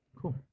Cool